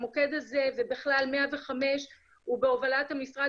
המוקד הזה ובכלל 105 הוא בהובלת המשרד